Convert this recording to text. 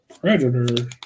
Predator